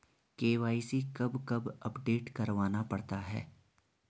KYC कब कब update करवाना पड़ता है?